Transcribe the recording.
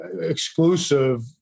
exclusive